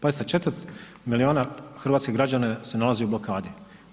Pazite četvrt milijuna hrvatskih građana se nalazi u blokadi.